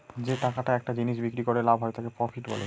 যে টাকাটা একটা জিনিস বিক্রি করে লাভ হয় তাকে প্রফিট বলে